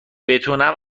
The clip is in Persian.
بتونم